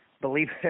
believe